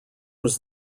was